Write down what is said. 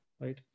right